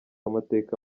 amateka